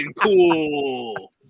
cool